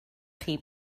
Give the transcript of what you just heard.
chi